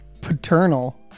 Paternal